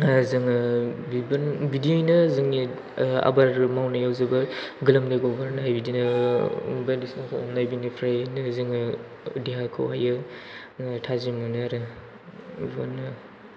जोङो बिदियैनो जोंनि आबाद मावनायाव जोबोद गोलोमदै गहोनाय बिदिनो बायदिसिना बिनिफ्रायै जोङो देहाखौहाय थाजिम मोनो आरो मोनो